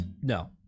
No